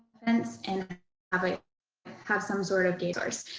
and and have a have some sort of gate.